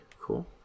Cool